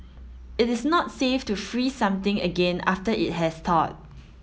it is not safe to freeze something again after it has thawed